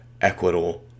equitable